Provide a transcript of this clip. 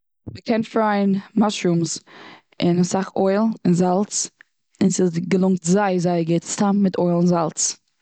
מ'קען פרייען מאשרומס און אסאך אויל און זאלץ, און ס'געלונגט זייער זייער גוט סתם מיט אויל און זאלץ.